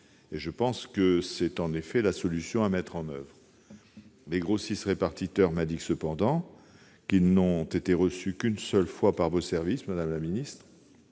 Je pense que c'est en effet la solution à mettre en oeuvre. Les grossistes-répartiteurs m'indiquent cependant qu'ils n'ont été reçus qu'une seule fois par vos services, madame la ministre,